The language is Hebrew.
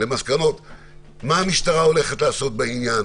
מה המשטרה הולכת לעשות בעניין,